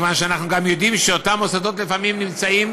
מכיוון שאנחנו גם יודעים שאותם מוסדות לפעמים נמצאים